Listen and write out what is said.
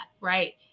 right